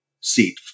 seat